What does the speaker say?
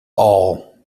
all